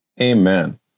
Amen